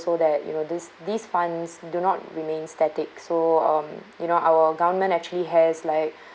also that you know this these funds do not remain static so um you know our government actually has like